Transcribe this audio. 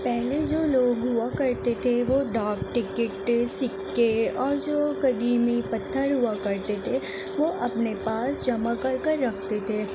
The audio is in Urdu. پہلے جو لوگ ہوا کرتے تھے وہ ڈاک ٹکٹ سکے اور جو قدیمی پتھر ہوا کرتے تھے وہ اپنے پاس جمع کر کر رکھتے تھے